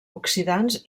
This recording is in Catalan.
oxidants